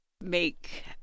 make